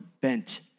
bent